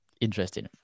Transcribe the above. Interesting